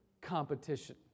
competition